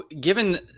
Given